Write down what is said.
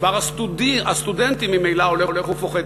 מספר הסטודנטים ממילא הולך ופוחת.